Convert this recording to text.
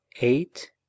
Eight